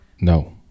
No